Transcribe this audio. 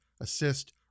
assist